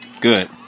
Good